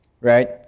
right